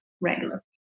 regular